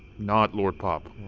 not lord pop.